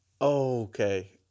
Okay